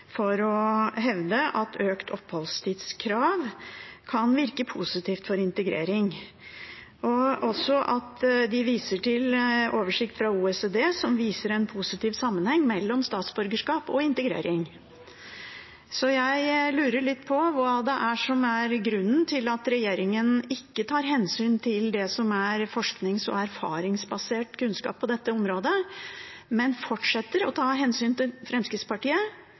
for å hevde at økt oppholdstidskrav kan virke positivt for integrering. De viser også til en oversikt fra OECD som viser en positiv sammenheng mellom statsborgerskap og integrering. Jeg lurer litt på hva som er grunnen til at regjeringen ikke tar hensyn til det som er forsknings- og erfaringsbasert kunnskap på dette området, men fortsetter å ta hensyn til Fremskrittspartiet,